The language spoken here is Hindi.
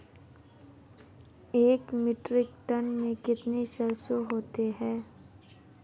एक मीट्रिक टन में कितनी सरसों होती है?